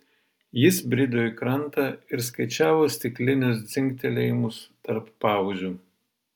jis brido į krantą ir skaičiavo stiklinius dzingtelėjimus tarp pauzių